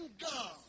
God